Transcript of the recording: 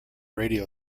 radio